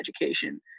education